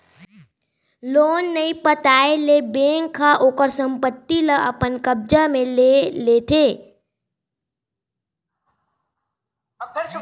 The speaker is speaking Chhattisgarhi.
लोन नइ पटाए ले बेंक ह ओखर संपत्ति ल अपन कब्जा म ले लेथे